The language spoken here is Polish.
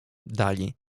dali